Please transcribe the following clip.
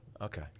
Okay